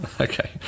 Okay